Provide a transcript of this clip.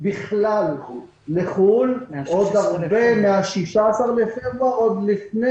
בכלל לחו"ל מה-16 לפברואר, עוד לפני